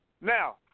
Now